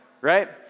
right